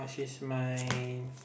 this my